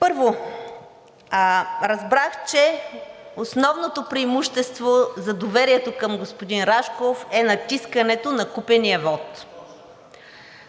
Първо разбрах, че основното преимущество за доверието към господин Рашков е натискането на купения вот.